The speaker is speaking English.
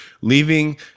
leaving